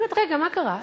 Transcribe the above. אני אומרת, רגע, מה קרה?